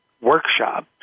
workshop